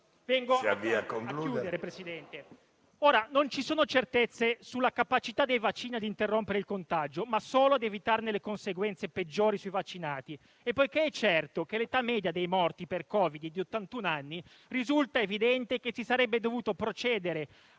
però, si può dire con certezza. Non ci sono certezze sulla capacità dei vaccini di interrompere il contagio, ma solo di evitare le conseguenze peggiori sui vaccinati e, poiché è certo che l'età media dei morti per Covid è di ottantun anni, risulta evidente che si sarebbe dovuto procedere